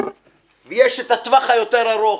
ויש את הטווח היותר ארוך.